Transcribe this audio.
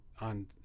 on